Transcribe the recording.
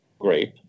grape